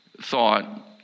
thought